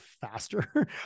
faster